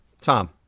Tom